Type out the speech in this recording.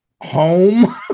home